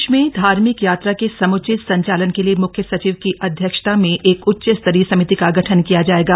प्रदेश में धार्मिक यात्रा के सम्चित संचालन के लिए मुख्य सचिव की अध्यक्षता में एक उच्च स्तरीय समिति का गठन किया जायेगा